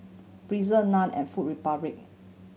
Breezer Nan and Food Republic